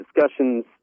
discussions